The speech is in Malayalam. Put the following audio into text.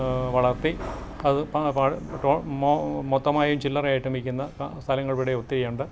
വളർത്തി അത് മൊത്തമായും ചില്ലറയായിട്ടും വിൽക്കുന്ന സ്ഥലങ്ങളിവിടെ ഒത്തിരിയുണ്ട്